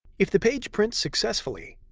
if the page prints successfully,